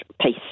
peace